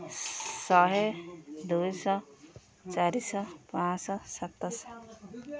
ଶ ଶହେ ଦୁଇଶହ ଚାରିଶହ ପାଞ୍ଚ ଶହ ସାତଶହ